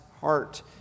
heart